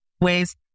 ways